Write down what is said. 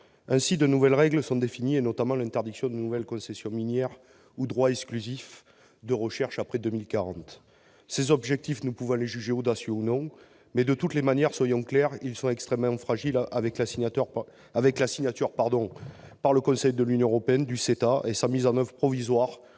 Ainsi, de nouvelles règles sont définies, notamment l'interdiction de nouvelles concessions minières ou de nouveaux droits exclusifs de recherches après 2040. Ces objectifs, nous pouvons les juger audacieux ou non. Mais, de toute manière, soyons clairs, ils sont extrêmement fragiles avec la signature par le conseil de l'Union européenne du CETA et sa mise en oeuvre provisoire